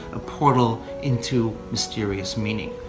a portal into mysterious meaning.